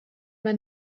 man